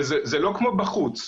זה לא כמו בחוץ,